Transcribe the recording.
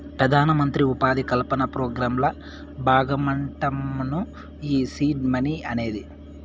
పెదానమంత్రి ఉపాధి కల్పన పోగ్రాంల బాగమంటమ్మను ఈ సీడ్ మనీ అనేది